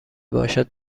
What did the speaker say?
باشد